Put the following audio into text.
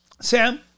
Sam